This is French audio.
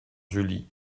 julie